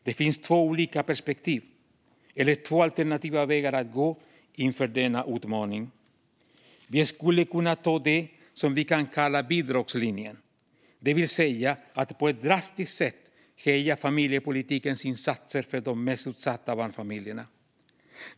Det finns två olika perspektiv eller två alternativa vägar att gå inför denna utmaning. Vi skulle kunna ta det som vi kan kalla bidragslinjen, det vill säga att på ett drastiskt sätt höja familjepolitikens insatser för de mest utsatta barnfamiljerna.